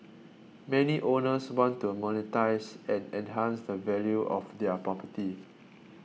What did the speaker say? many owners want to monetise and enhance the value of their property